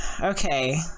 okay